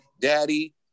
daddy